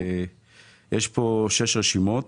יש פה שש רשימות